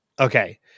Okay